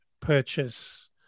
purchase